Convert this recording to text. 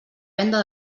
venda